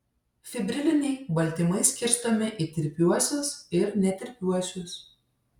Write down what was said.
fibriliniai baltymai skirstomi į tirpiuosius ir netirpiuosius